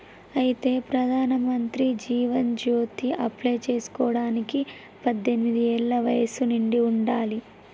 అయితే ప్రధానమంత్రి జీవన్ జ్యోతి అప్లై చేసుకోవడానికి పద్దెనిమిది ఏళ్ల వయసు నిండి ఉండాలి